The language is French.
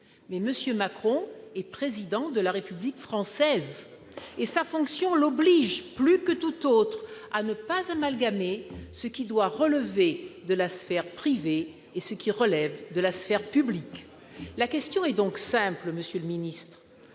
Mais M. Macron est Président de la République française et sa fonction l'oblige, plus que tout autre, à ne pas amalgamer ce qui doit relever de la sphère privée et ce qui relève de la sphère publique. La question est donc simple, monsieur le ministre